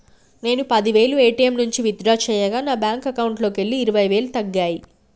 నేను పది వేలు ఏ.టీ.యం నుంచి విత్ డ్రా చేయగా నా బ్యేంకు అకౌంట్లోకెళ్ళి ఇరవై వేలు తగ్గాయి